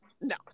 no